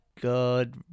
God